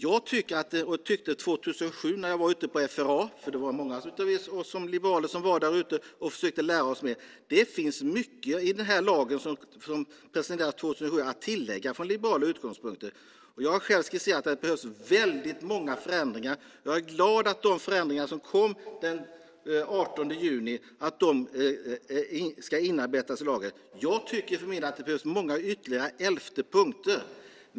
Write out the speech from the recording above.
År 2007 var jag ute på FRA. Det var många av oss liberaler som var därute och försökte lära sig mer. Det finns mycket att tillägga från liberala utgångspunkter när det gäller den här lagen som presenterades 2007. Jag har själv skisserat att det behövs väldigt många förändringar. Jag är glad att de förändringar som kom den 18 juni ska inarbetas i lagen. Jag tycker att det behövs många ytterligare elfte punkter.